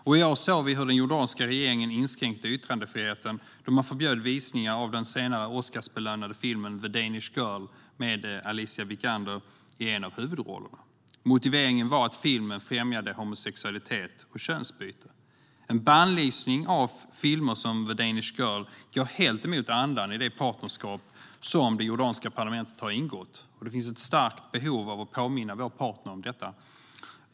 I år såg vi hur den jordanska regeringen inskränkte yttrandefriheten då man förbjöd visningar av den senare Oscarsbelönade filmen The Danish Girl med Alicia Vikander i en av huvudrollerna. Motiveringen var att filmen främjade homosexualitet och könsbyte. En bannlysning av filmer som The Danish Girl går helt emot andan i det partnerskap som det jordanska parlamentet har ingått, och det finns ett starkt behov av att påminna vår partner om detta.